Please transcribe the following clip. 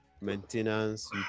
maintenance